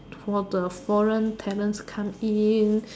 for the foreign talents come in